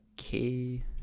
okay